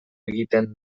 egiten